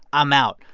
i'm out.